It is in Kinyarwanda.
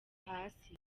hasi